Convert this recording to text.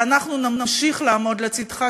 ואנחנו נמשיך לעמוד לצדך,